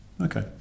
Okay